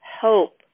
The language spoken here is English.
hope